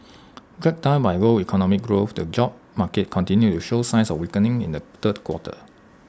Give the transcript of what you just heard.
dragged down by low economic growth the job market continued to show signs of weakening in the third quarter